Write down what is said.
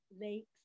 lakes